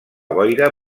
boira